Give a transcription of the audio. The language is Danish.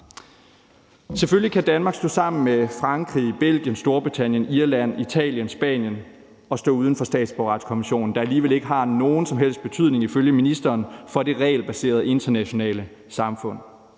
Selvfølgelig kan Danmark stå sammen med Frankrig, Belgien, Storbritannien, Irland, Italien, Spanien og stå uden for statsborgerretskonvention, der alligevel ikke har nogen som helst betydning, ifølge ministeren, for det regelbaserede, internationale samfund.